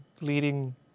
leading